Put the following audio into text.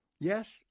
Yes